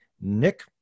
Nick